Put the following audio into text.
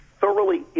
thoroughly